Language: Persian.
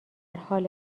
حال